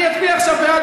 אני אצביע עכשיו בעד,